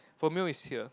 for male is here